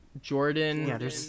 Jordan